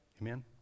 Amen